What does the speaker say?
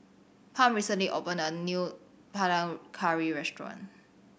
Pam recently opened a new Panang Curry restaurant